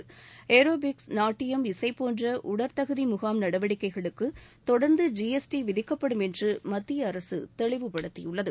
அதேபோல ஏரோபிக்ஸ் நாட்டியம் இசை போன்ற உடல்தகுதி முகாம் நடவடிக்கைகளுக்கு தொடர்ந்து ஜிஎஸ்டி விதிக்கப்படும் என்று மத்திய அரசு தெளிவுபடுத்தியுள்ளது